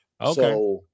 okay